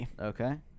okay